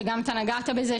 שגם אתה נגעת בזה,